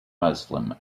muslim